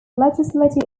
legislative